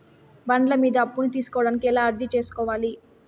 బండ్ల మీద అప్పును తీసుకోడానికి ఎలా అర్జీ సేసుకోవాలి?